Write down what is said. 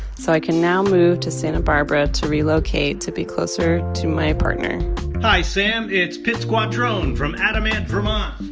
so i can now move to santa barbara to relocate to be closer to my partner hi, sam, it's pitz quattrone from adamant, vt um